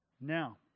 Now